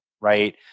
Right